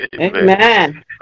Amen